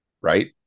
right